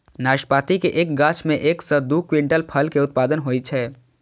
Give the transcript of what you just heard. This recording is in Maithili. नाशपाती के एक गाछ मे एक सं दू क्विंटल फल के उत्पादन होइ छै